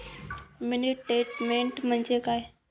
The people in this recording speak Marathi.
मिनी स्टेटमेन्ट म्हणजे काय?